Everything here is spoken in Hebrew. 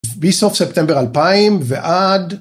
מסוף ספטמבר 2000 ועד...